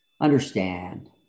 understand